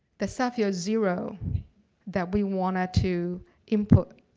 the sephora zero that we wanted to input.